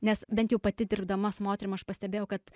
nes bent jau pati dirbdama su moterim aš pastebėjau kad